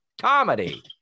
Comedy